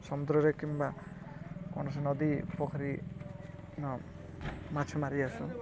ସମଦ୍ରରେ କିମ୍ବା କୌଣସି ନଦୀ ପୋଖରୀନ ମାଛ୍ ମାରି ଯାଏସୁଁ